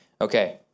Okay